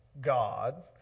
God